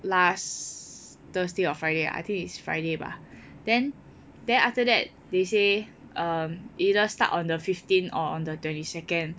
last Thursday or Friday ah I think is Friday bah then then after that they say um either start on the fifteenth or on the twenty second